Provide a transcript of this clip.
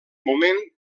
moment